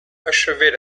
achevait